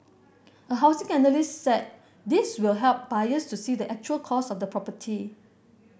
a housing analyst said this will help buyers to see the actual cost of the property